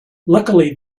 luckily